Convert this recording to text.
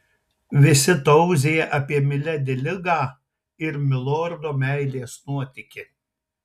visi tauzija apie miledi ligą ir milordo meilės nuotykį